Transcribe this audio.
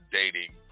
dating